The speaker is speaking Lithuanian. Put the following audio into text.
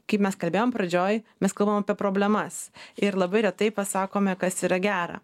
kaip mes kalbėjom pradžioj mes kalbam apie problemas ir labai retai pasakome kas yra gera